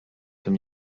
tym